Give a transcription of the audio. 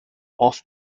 off